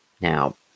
Now